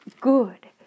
good